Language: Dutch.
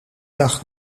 dag